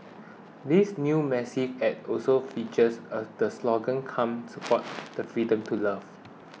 this new massive ad also features a the slogan come support the freedom to love